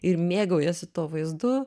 ir mėgaujasi tuo vaizdu